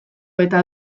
eta